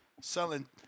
selling